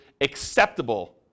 acceptable